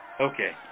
Okay